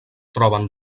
troben